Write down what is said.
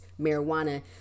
marijuana